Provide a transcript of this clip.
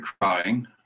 crying